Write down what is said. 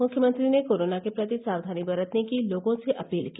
मुख्यमंत्री ने कोरोना के प्रति साक्षानी बरतने की लोगों से अपील की